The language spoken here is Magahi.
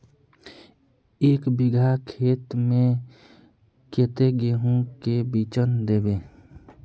एक बिगहा खेत में कते गेहूम के बिचन दबे?